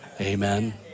Amen